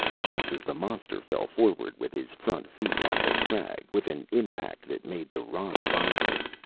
just as the monster fell forward with his front feet on the crag with an impact that made the rock vibrate.